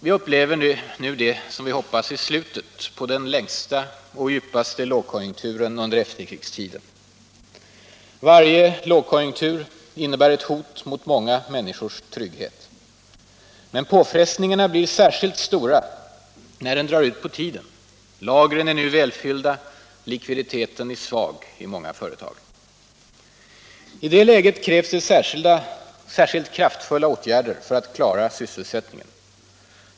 Vi upplever nu det som vi hoppas är slutet på den längsta och djupaste lågkonjunkturen under efterkrigstiden. Varje lågkonjunktur innebär ett hot mot många människors trygghet. Men påfrestningarna blir särskilt stora när det drar ut på tiden. Lagren är nu välfyllda och likviditeten svag i många företag. I det läget krävs det särskilt kraftfulla åtgärder för att klara sysselsättningen.